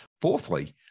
Fourthly